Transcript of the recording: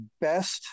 best